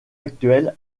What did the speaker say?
actuel